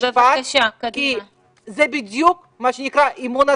כי זה בדיוק מה שנקרא - אמון הציבור.